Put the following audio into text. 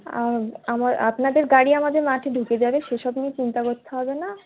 আর আমার আপনাদের গাড়ি আমাদের মাঠে ঢুকে যাবে সেই সব নিয়ে চিন্তা করতে হবে না